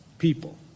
people